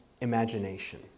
imagination